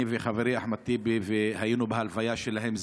אני וחברי אחמד טיבי היינו בהלוויה שלהם.